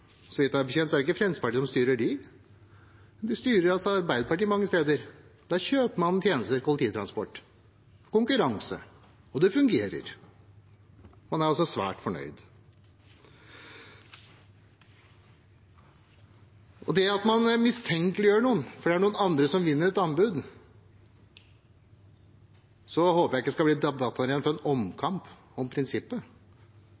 Så vidt jeg vet, er det ikke Fremskrittspartiet som styrer dem – de styres av Arbeiderpartiet mange steder. Der kjøper man tjenester innen kollektivtransport – konkurranse – og det fungerer. Man er altså svært fornøyd. Og det at man mistenkeliggjør noen fordi det er noen andre som vinner et anbud, håper jeg ikke blir til en debattarena for en